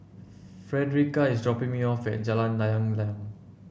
Fredericka is dropping me off at Jalan Layang Layang